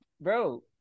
bro